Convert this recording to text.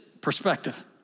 perspective